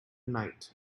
night